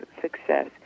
success